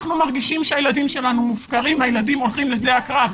אנחנו מרגישים שהילדים שלנו מופקרים והילדים הולכים לשדה הקרב.